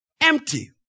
empty